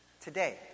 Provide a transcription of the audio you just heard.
Today